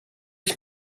ich